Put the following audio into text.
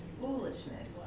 foolishness